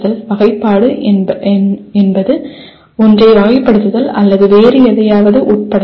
வகைப்பாடு என்பது ஒன்றை வகைப்படுத்துதல் அல்லது வேறு எதையாவது உட்படுத்துதல்